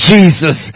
Jesus